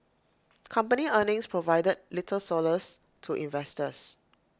company earnings provided little solace to investors